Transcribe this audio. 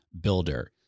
builder